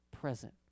present